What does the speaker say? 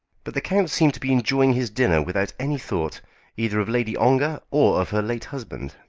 but the count seemed to be enjoying his dinner without any thought either of lady ongar or of her late husband.